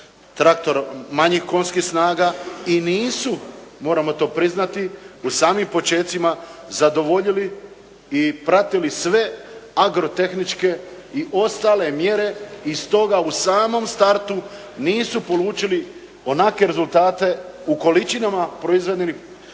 traktor manje konjskih snaga i nisu, moramo to priznati, u samim počecima zadovoljili i pratili sve agrotehničke i ostale mjere i stoga u samom startu nisu polučili onakve rezultate u količinama proizvedenim